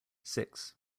six